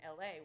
LA